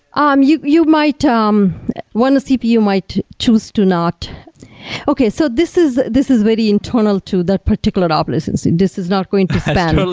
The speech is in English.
um you you might ah um one cpu might choose to not okay. so this is this is very internal to that particular. but this and so this is not going to span.